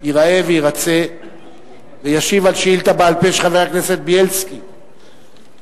ייראה ויירצה וישיב על שאילתא בעל-פה של חבר הכנסת בילסקי בנושא: